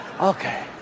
okay